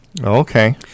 Okay